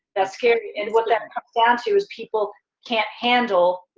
that's scary, and what that and comes down to is people can't handle.